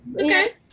okay